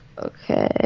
Okay